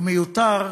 הוא מיותר,